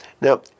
Now